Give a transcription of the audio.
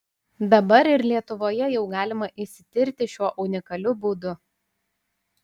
dabar ir lietuvoje jau galima išsitirti šiuo unikaliu būdu